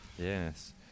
Yes